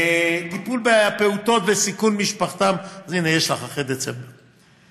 אז, הינה יש לךְ אחרי דצמבר.